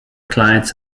clients